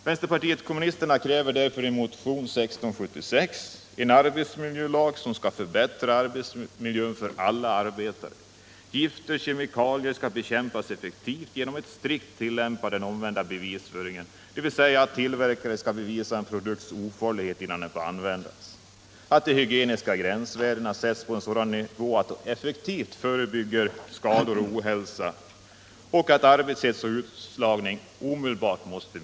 Vänsterpartiet kommunisterna kräver därför i en motion, nr 1676, en arbetsmiljölag som skall förbättra arbetsmiljön för alla arbetare. Gifter och kemikalier skall bekämpas effektivt genom ett strikt tillämpande av den omvända bevisföringen, dvs. tillverkare skall bevisa en produkts ofarlighet innan den får användas, de hygieniska gränsvärdena skall sättas på en sådan nivå att de effektivt förebygger skador, och arbetshets och utslagning måste omedelbart minskas.